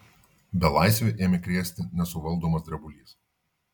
belaisvį ėmė krėsti nesuvaldomas drebulys